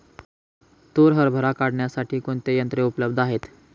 तूर हरभरा काढण्यासाठी कोणती यंत्रे उपलब्ध आहेत?